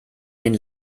den